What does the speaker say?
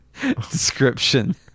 description